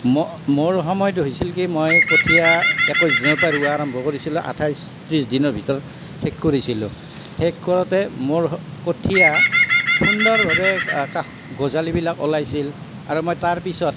মই মোৰ সময়ত হৈছিল কি মই কঠিয়া একৈছ দিনৰ পৰা ৰোৱা আৰম্ভ কৰিছিলোঁ আঠাইছ ত্ৰিছদিনৰ ভিতৰত শেষ কৰিছিলোঁ শেষ কৰোঁতে মোৰ কঠিয়া সুন্দৰভাৱে কাষ গজালিবিলাক ওলাইছিল আৰু মই তাৰপিছত